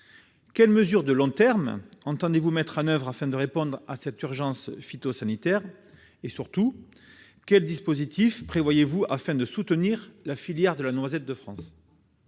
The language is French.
quelles mesures de long terme le Gouvernement entend-il mettre en oeuvre afin de répondre à cette urgence phytosanitaire ? Surtout, quel dispositif prévoit-il afin de soutenir la filière de la noisette de France ?